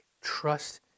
Trust